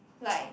like